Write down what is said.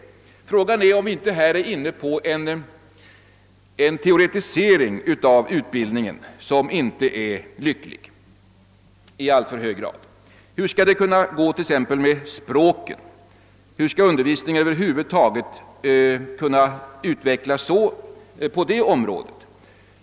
är vi inte här inne på en teoretisering av utbildningen, som inte är lycklig om den får alltför stor omfattning? Hur skall det tillämpas på t.ex. språken? Hur skall undervisningen över huvud taget kunna utvecklas på det området?